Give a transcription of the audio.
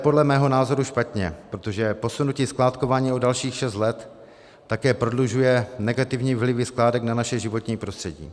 To je podle mého názoru špatně, protože posunutí skládkování o dalších šest let také prodlužuje negativní vlivy skládek na naše životní prostředí.